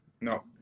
no